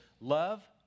love